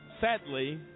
sadly